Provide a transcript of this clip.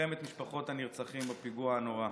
לנחם את משפחות הנרצחים בפיגוע הנורא.